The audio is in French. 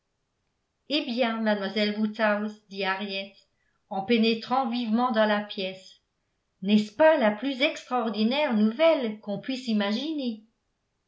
eh bien mademoiselle woodhouse dit henriette en pénétrant vivement dans la pièce nest ce pas la plus extraordinaire nouvelle qu'on puisse imaginer